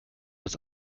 das